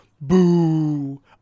Boo